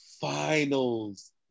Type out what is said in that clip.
finals